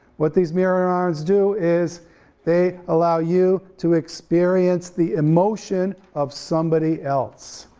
what these mirror neurons do is they allow you to experience the emotion of somebody else.